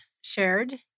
shared